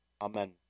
Amen